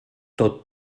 tot